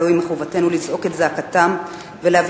זוהי חובתנו לזעוק את זעקתם ולהביא